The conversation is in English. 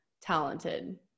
talented